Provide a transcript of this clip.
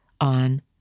on